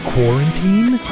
Quarantine